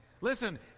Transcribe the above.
Listen